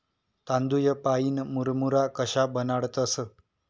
तांदूय पाईन मुरमुरा कशा बनाडतंस?